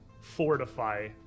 fortify